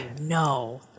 no